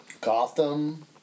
Gotham